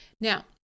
now